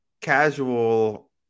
casual